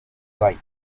ray